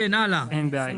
אין בעיה.